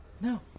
No